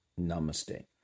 Namaste